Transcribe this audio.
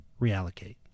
reallocate